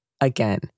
Again